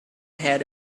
had